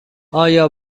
آیا